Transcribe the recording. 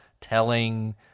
telling